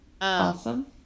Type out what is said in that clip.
Awesome